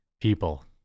people